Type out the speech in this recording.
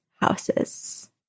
houses